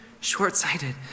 short-sighted